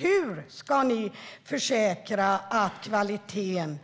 Hur ska ni försäkra er om att kvaliteten